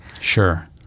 Sure